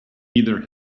either